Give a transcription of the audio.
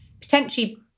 potentially